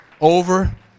Over